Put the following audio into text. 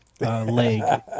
Leg